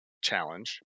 challenge